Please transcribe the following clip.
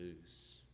lose